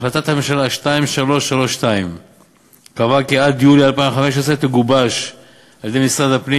החלטת ממשלה 2332 קבעה כי עד יולי 2015 תגובש על-ידי משרד הפנים,